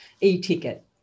e-ticket